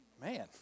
Man